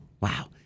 Wow